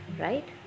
right